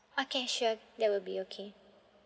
okay sure that will be okay